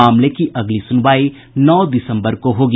मामले की अगली सुनवाई नौ दिसम्बर को होगी